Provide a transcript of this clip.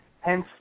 Hence